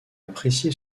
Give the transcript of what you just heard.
apprécié